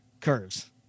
curves